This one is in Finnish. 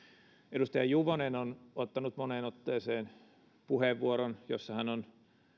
edustaja juvonen on ottanut moneen otteeseen puheenvuoron jossa hän on